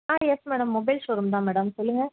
ஆ yes madam mobile showroom தான் madam சொல்லுங்கள்